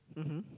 mmhmm